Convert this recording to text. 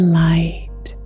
light